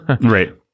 Right